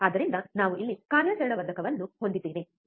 ಆದ್ದರಿಂದ ನಾವು ಇಲ್ಲಿ ಕಾರ್ಯಾಚರಣಾ ವರ್ಧಕವನ್ನು ಹೊಂದಿದ್ದೇವೆ ಸರಿ